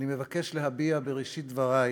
אני מבקש בראשית דברי